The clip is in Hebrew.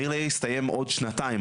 מהיר לעיר יסתיים עוד שנתיים,